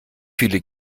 viele